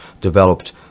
developed